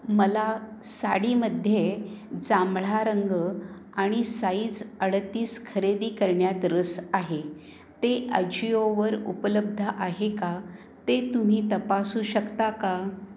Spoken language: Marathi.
मला साडीमध्ये जांभळा रंग आणि साईज अडतीस खरेदी करण्यात रस आहे ते अजिओवर उपलब्ध आहे का ते तुम्ही तपासू शकता का